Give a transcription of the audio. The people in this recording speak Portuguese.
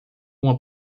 uma